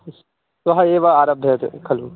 श्वः एव आरभ्यते खलु